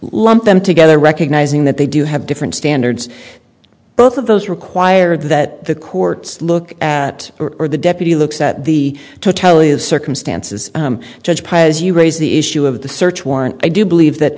lump them together recognizing that they do have different standards both of those required that the courts look at or the deputy looks at the totality of circumstances judge paez you raise the issue of the search warrant i do believe that